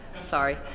Sorry